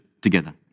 together